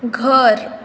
घर